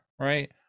right